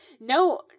no